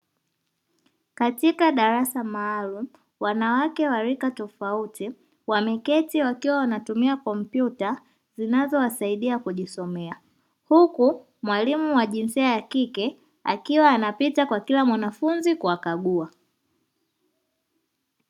Katika darasa maalum wanawake wa rika tofauti wameketi wakiwa wanatumia kompyuta zinazowasaidia kujisomea, huku mwalimu wa jinsia ya kike akiwa anapita kwa kila mwanafunzi kuwakagua.